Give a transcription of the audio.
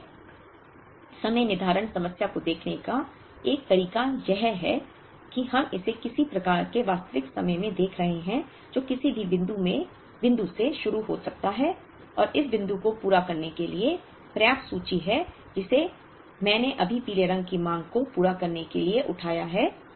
आर्थिक समय निर्धारण समस्या को देखने का एक तरीका यह है कि हम इसे किसी प्रकार के वास्तविक समय में देख रहे हैं जो किसी भी बिंदु से शुरू हो सकता है और इस बिंदु को पूरा करने के लिए पर्याप्त सूची है जिसे मैंने अभी पीले रंग की मांग को पूरा करने के लिए उठाया है